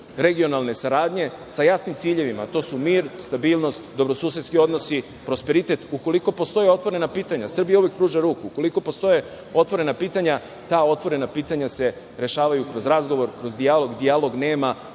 regionalne saradnje sa jasnim ciljevima, a to su mir, stabilnost, dobrosusedski odnosi, prosperitet. Ukoliko postoje otvorena pitanja, Srbija uvek pruža ruku. Ukoliko postoje otvorena pitanja, ta otvorena pitanja se rešavaju kroz razgovor, kroz dijalog. Dijalog nema